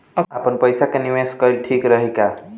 आपनपईसा के निवेस कईल ठीक रही का?